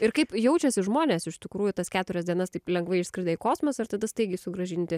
ir kaip jaučiasi žmonės iš tikrųjų tas keturias dienas taip lengvai išskridę į kosmosą ir tada staigiai sugrąžinti